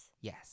Yes